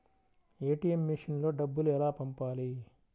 ATM మెషిన్లో డబ్బులు ఎలా పంపాలి?